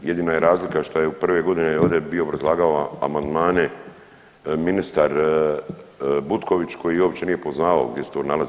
Jedina je razlika što je prve godine ovdje bio obrazlagao amandmane ministar Butković koji uopće nije poznavao gdje se to nalazi.